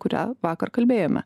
kurią vakar kalbėjome